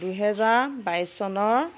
দুইহেজাৰ বাইছ চনৰ